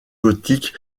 gothique